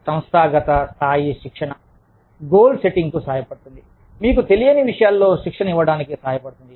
సంస్థాగత స్థాయి శిక్షణ గోల్ సెట్టింగ్కు సహాయపడుతుంది మీకు తెలియని విషయాలలో శిక్షణ ఇవ్వడానికి సహాయపడుతుంది